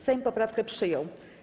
Sejm poprawkę przyjął.